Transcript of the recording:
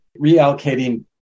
reallocating